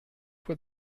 quoi